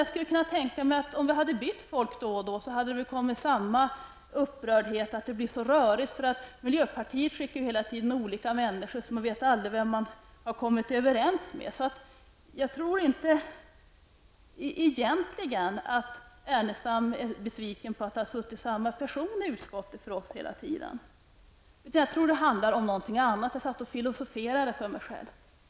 Jag blev litet förvånad. Om vi hade bytt folk då och då, hade det väl kommit upprörda påståenden om att det har blivit så rörigt därför att vi hela tiden skiftar representanter så att man aldrig vet vem man har kommit överens med. Jag tror att Lars Ernestam egentligen inte är besviken över att samma miljöpartister har suttit i utskottet hela tiden. Jag tror att det handlar om någonting annat. Jag har suttit och filosoferat för mig själv.